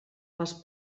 les